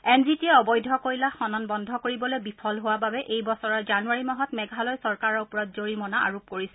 N G টিয়ে অবৈধ কয়লা খনন বন্ধ কৰিবলৈ বিফল হোৱা বাবে এই বছৰৰ জানুৱাৰী মাহত মেঘালয় চৰকাৰৰ ওপৰত জৰিমনা আৰোপ কৰিছিল